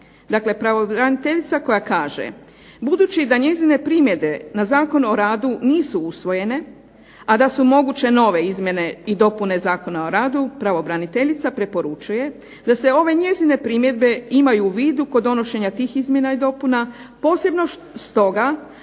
Dakle, pravobraniteljica koja kaže budući da njezine primjedbe na Zakon o radu nisu usvojene a da su moguće nove izmjene i dopune Zakona o radu pravobraniteljica preporučuje da se ove njezine primjedbe imaju u vidu kod donošenja tih Izmjena i dopuna, pogotovo stoga